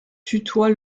tutoie